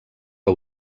que